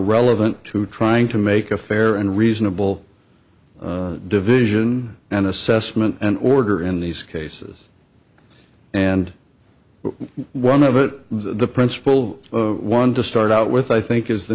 relevant to trying to make a fair and reasonable division and assessment and order in these cases and one of it the principal one to start out with i think is the